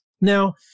Now